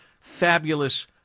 fabulous